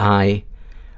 i